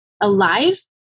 alive